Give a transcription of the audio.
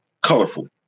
colorful